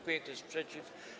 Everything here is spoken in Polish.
Kto jest przeciw?